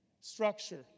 structure